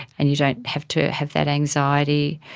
and you don't have to have that anxiety.